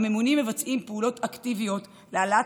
הממונים מבצעים פעולות אקטיביות להעלאת